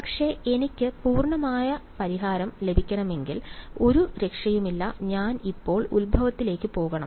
പക്ഷെ എനിക്ക് പൂർണ്ണമായ പരിഹാരം ലഭിക്കണമെങ്കിൽ ഒരു രക്ഷയുമില്ല ഞാൻ ഇപ്പോൾ ഉത്ഭവത്തിലേക്ക് പോകണം